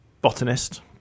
botanist